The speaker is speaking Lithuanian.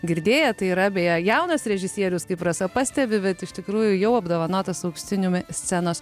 girdėję tai yra beje jaunas režisierius kaip rasa pastebi bet iš tikrųjų jau apdovanotas auksiniumi scenos